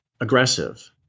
aggressive